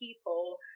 people